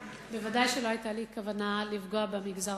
ובוודאי שלא היתה לי כוונה לפגוע במגזר